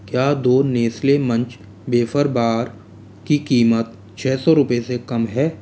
क्या दो Nestle Munch wafer bar की कीमत छः सौ रुपए से कम है